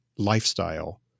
lifestyle